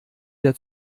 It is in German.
der